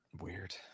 Weird